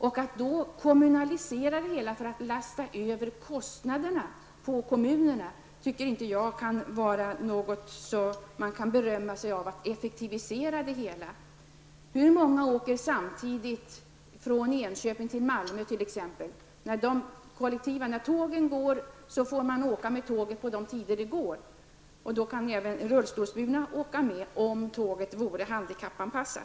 Men att kommunalisera det hela för att lasta över kostnaderna på kommunerna tycker jag inte är något som man kan berömma sig av vad gäller att åstadkomma en effektivisering. Malmö t.ex.? Man måste ju vänta tills det går ett tåg. Även rullstolsbundna kan åka med tåget. Men det förutsätter att tåget är handikappanpassat.